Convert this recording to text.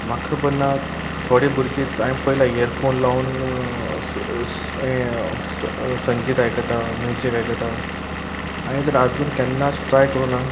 म्हाका खबर ना थोडें भुरगे हांवें पयला इयर फोन लावन यें संगीत आयकता म्युझीक आयकता हांयें जाल्यार आजून केन्ना अशें ट्राय करूंक ना